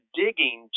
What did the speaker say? digging